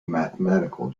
mathematical